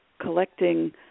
collecting